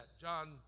John